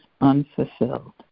unfulfilled